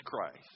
Christ